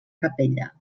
capella